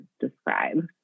describe